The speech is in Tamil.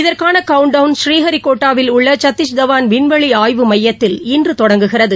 இதற்கான கவுண்ட் டவுண் ஸ்ரீஹரிகோட்டாவில் உள்ள சத்திஷ்தவான் விண்வெளி மையத்தில் இன்று தொடங்குகிறது